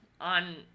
on